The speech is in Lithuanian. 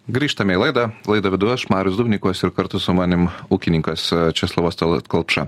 grįžtame į laidą laidą vedu aš marius dubnikovas ir kartu su manim ūkininkas česlovas tallat kelpša